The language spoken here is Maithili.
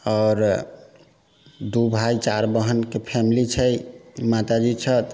आओर दू भाय चारि बहिनके फैमली छै माताजी छथि